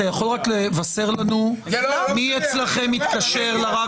אתה יכול רק לבשר לנו מי אצלכם התקשר לרב